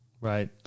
Right